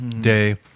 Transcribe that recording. day